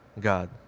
God